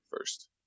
first